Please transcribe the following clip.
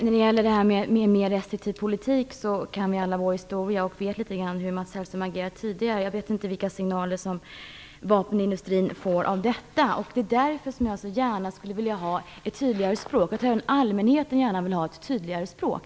Fru talman! När det gäller en mer restriktiv politik kan vi alla vår historia och vet litet grand hur Mats Hellström har agerat tidigare. Jag vet inte vilka signaler som detta ger till vapenindustrin. Det är därför som jag så gärna skulle vilja möta ett tydligare språk. Jag tror att allmänheten gärna vill höra ett tydligare språk.